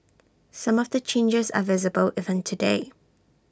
some of the changes are visible even today